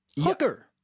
Hooker